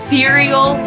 Cereal